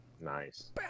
Nice